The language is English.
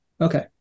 Okay